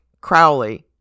Crowley